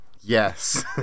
Yes